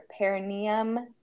perineum